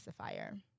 specifier